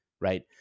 right